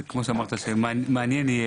כמו שאמרת, יהיה מעניין.